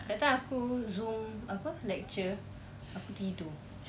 that time aku zoom apa lecture aku tidur